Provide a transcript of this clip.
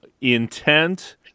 intent